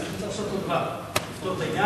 צריך לעשות אותו דבר לפתור את העניין.